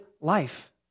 life